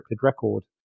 record